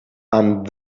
and